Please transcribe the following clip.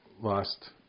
lost